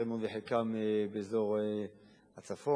ייתכן מאוד שחלקן באזור הצפון.